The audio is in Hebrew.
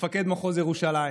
מפקד מחוז ירושלים,